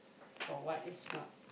for what is not